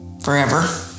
forever